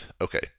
Okay